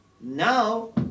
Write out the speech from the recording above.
now